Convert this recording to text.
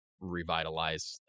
revitalize